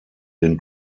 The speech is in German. den